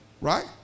right